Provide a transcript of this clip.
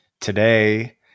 Today